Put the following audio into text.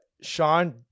Sean